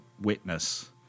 witness